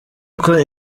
n’uko